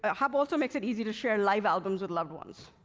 ah hub also makes it easy to share live albums with loved ones.